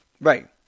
Right